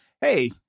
hey